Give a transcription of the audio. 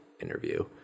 interview